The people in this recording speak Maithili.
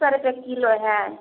सए रुपए किलो होएत